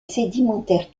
sédimentaire